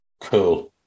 Cool